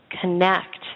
connect